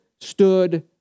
stood